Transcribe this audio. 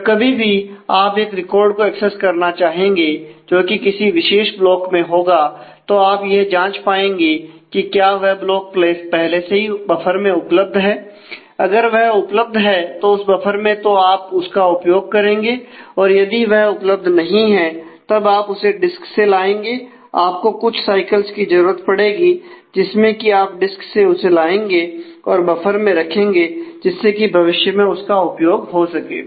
जब कभी भी आप एक रिकॉर्ड को एक्सेस करना चाहेंगे जो कि किसी विशेष ब्लोक में होगा तो आप यह जांच पाएंगे कि क्या वह ब्लॉक पहले से ही बफर में उपलब्ध है अगर यह उपलब्ध है उस बफर में तो आप उसका उपयोग करेंगे और यदि वह उपलब्ध नहीं है तब आप उसे डिस्क से लाएंगे आपको कुछ साइकल्स की जरूरत पड़ेगी जिसमें कि आप डिस्क से उसे लाएंगे और बफर में रखेंगे जिससे कि भविष्य में उसका उपयोग हो सके